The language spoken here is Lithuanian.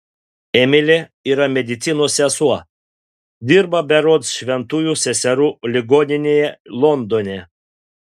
emilė yra medicinos sesuo dirba berods šventųjų seserų ligoninėje londone